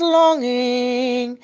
longing